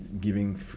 giving